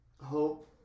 hope